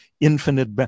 infinite